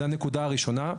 זו הנקודה הראשונה.